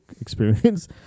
experience